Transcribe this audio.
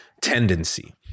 tendency